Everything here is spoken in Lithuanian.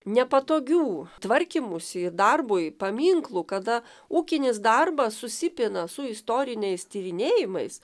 nepatogių tvarkymusi darbui paminklų kada ūkinis darbas susipina su istoriniais tyrinėjimais